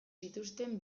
zituzten